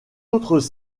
autres